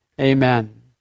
Amen